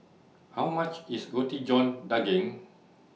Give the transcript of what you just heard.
How much IS Roti John Daging